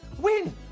win